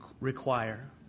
require